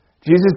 Jesus